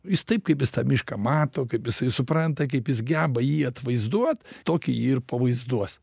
jis taip kaip jis tą mišką mato kaip jisai supranta kaip jis geba jį atvaizduot tokį jį ir pavaizduos